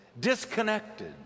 disconnected